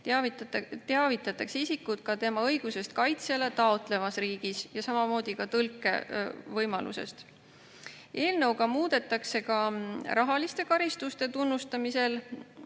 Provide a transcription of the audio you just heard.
teavitatakse isikut tema õigusest kaitsjale taotlevas riigis ja samamoodi tõlkevõimalusest. Eelnõuga muudetakse ka rahaliste karistuste tunnustamisega